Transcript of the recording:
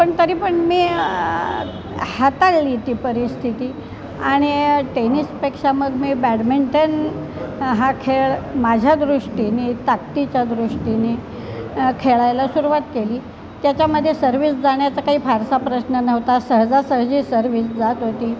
पण तरी पण मी हाताळली ती परिस्थिती आणि टेनिसपेक्षा मग मी बॅडमिंटन हा खेळ माझ्या दृष्टीने ताकदीच्या दृष्टीने खेळायला सुरवात केली त्याच्यामध्ये सर्विस जाण्याचा काही फारसा प्रश्न नव्हता सहजासहजी सर्विस जात होती